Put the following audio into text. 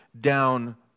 down